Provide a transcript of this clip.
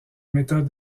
méthode